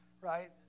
right